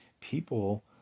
people